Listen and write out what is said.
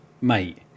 mate